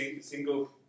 single